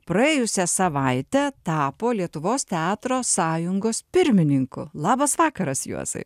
praėjusią savaitę tapo lietuvos teatro sąjungos pirmininku labas vakaras juozai